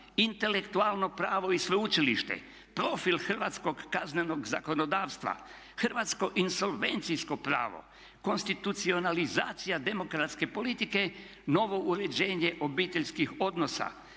"Intelektualno pravo i sveučilište", "Profil hrvatskog kaznenog zakonodavstva", "Hrvatsko insolvencijsko pravo", "Konstitucionalizacija demokratske politike – novo uređenje obiteljskih odnosa",